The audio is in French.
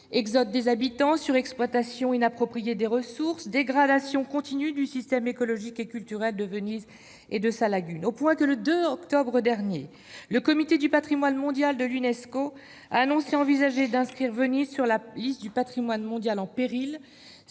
exode des habitants, surexploitation inappropriée des ressources, dégradation continue du système écologique et culturel de Venise et de sa lagune. À tel point que, le 2 octobre dernier, le comité du patrimoine mondial de l'Unesco a annoncé envisager d'inscrire Venise sur la liste du patrimoine mondial en péril